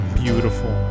beautiful